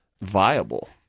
viable